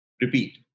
repeat